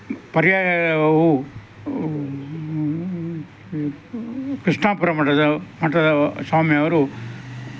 ಪರ್ಯಾಯಯವು ಕೃಷ್ಣಾಪುರ ಮಠದ ಮಠದ ಸ್ವಾಮಿಯವರು